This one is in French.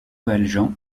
valjean